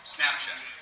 Snapchat